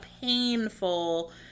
painful